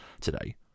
today